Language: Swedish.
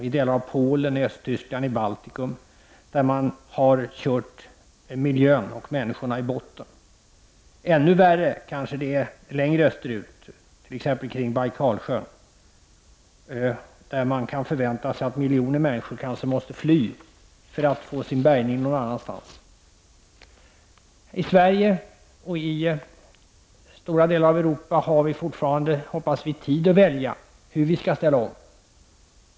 I delar av Polen, i Östtyskland och i Baltikum har man kört miljön och människorna i botten. Ännu värre är det kanske längre österut, t.ex. kring Bajkalsjön, där man kan förvänta sig att miljoner människor kanske måste fly för att få sin bärgning någon annanstans. I Sverige och i stora delar av Europa har vi, hoppas vi, fortfarande tid att välja hur vi skall ställa om.